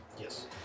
Yes